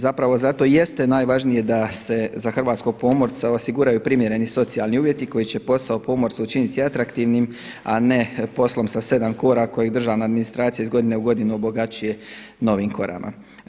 Zapravo zato i jeste najvažnije da se za hrvatskog pomorca osiguraju primjereni socijalni uvjeti koji će posao pomorstva učiniti atraktivnim, a ne poslom sa sedam kora koji državna administracija iz godine u godinu obogaćuje novim korama.